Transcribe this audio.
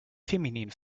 feminin